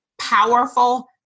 Powerful